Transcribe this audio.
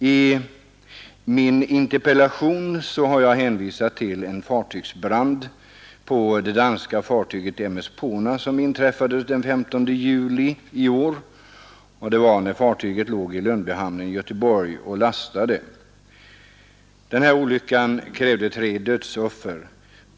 I min interpellation har jag hänvisat till en fartygsbrand på det danska fartyget M/S Poona vilken inträffade den 15 juli i år, då fartyget låg i Lundbyhamnen i Göteborg och lastade. Olyckan krävde tre dödsoffer.